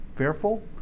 fearful